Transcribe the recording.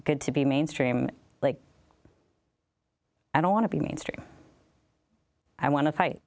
good to be mainstream like i don't want to be mainstream i want to fight